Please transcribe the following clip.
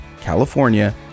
California